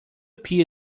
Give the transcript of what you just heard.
peer